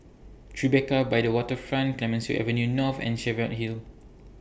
Tribeca By The Waterfront Clemenceau Avenue North and Cheviot Hill